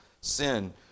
sin